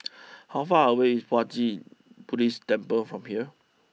how far away is Puat Jit Buddhist Temple from here